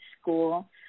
school